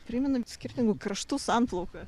primena skirtingų kraštų sanplauką